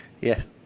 Yes